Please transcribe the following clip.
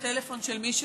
יש פה טלפון של מישהו.